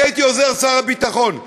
אני הייתי עוזר שר הביטחון,